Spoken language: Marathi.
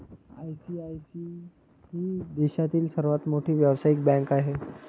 आई.सी.आई.सी.आई ही देशातील सर्वात मोठी व्यावसायिक बँक आहे